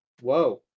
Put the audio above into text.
whoa